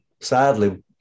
sadly